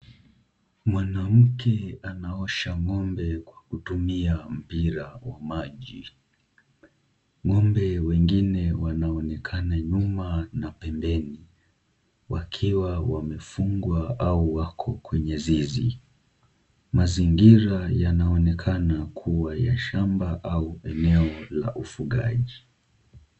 Mwanamke anaosha ng'ombe kwa kutumia mpira wa maji, ng'ombe wengine wanaonekana nyuma na pembeni wakiwa wamefungwa au wako kwenye zizi, mazingira yanaonekana kuwa ya shamba au eneo la ufugaji.